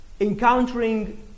encountering